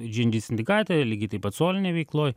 džy en džy sindikate lygiai taip pat solinėj veikloj